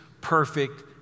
perfect